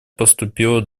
поступила